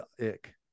ick